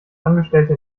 angestellte